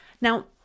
Now